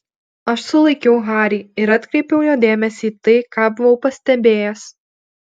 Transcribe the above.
aš sulaikiau harį ir atkreipiau jo dėmesį į tai ką buvau pastebėjęs